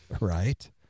Right